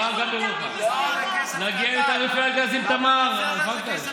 שגם תטפל במשבר התקציבי וגם תחזיר את השפיות למדינת ישראל.